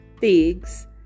figs